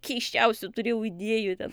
keisčiausių turėjau idėjų ten